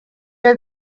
had